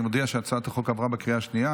אני מודיע שהצעת החוק עברה בקריאה השנייה.